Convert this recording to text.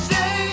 Say